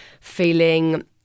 feeling